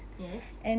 yes